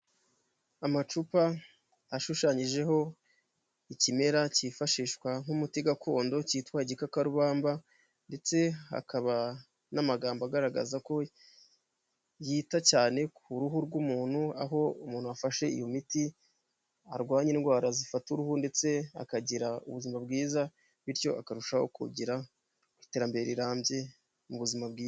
Amacupa ashushanyijeho ikimera cyifashishwa nk'umuti gakondo cyitwa igikakarubamba, ndetse hakaba n'amagambo agaragaza ko yita cyane ku ruhu rw'umuntu, aho umuntu wafashe iyo miti arwanya indwara zifata uruhu, ndetse akagira ubuzima bwiza. Bityo akarushaho kugera ku iterambere rirambye mu buzima bwiza.